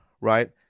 Right